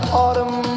autumn